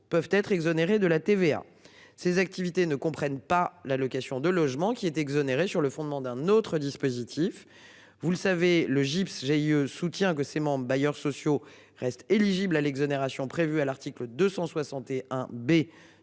peuvent être exonérés de la TVA. Ces activités ne comprennent pas l'allocation de logement qui est exonéré. Sur le fondement d'un autre dispositif, vous le savez le gypse j'ai soutient que c'est mon bailleurs sociaux restent éligibles à l'exonération prévu à l'article 261 B